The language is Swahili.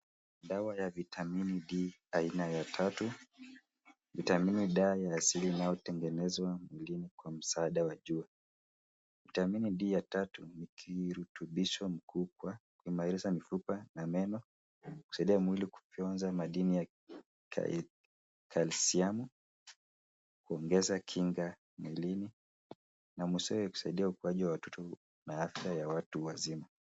Dawa ya vitamini D aina ya tatu. Vitamini dawa ya asili inayotengenezwa mwilini kwa msaada wa jua. Vitamini D ya tatu ni kirutubisho mkuu kwa, kuimarisha mifupa na meno, kusaidia mwili kufyonza madini ya kalsiamu, kuongeza kinga mwilini na mwishowe, kusaidia ukuaji wa watoto na afya ya watu wazima.